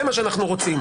זה מה שאנחנו רוצים.